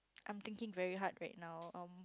I'm thinking very hard right now um